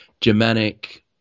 Germanic